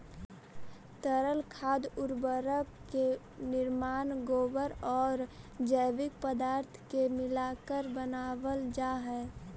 तरल खाद उर्वरक के निर्माण गोबर औउर जैविक पदार्थ के मिलाके बनावल जा हई